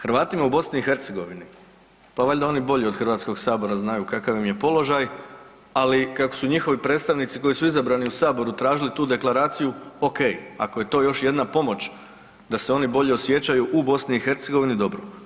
Hrvatima u BiH, pa valjda oni bolje od Hrvatskog sabora znaju kakav im je položaj, ali kako su njihovi predstavnici koji su izabrani u saboru tražili tu deklaraciju, ok, ako je to još jedna pomoć da se oni bolje osjećaju u BiH dobro.